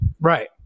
Right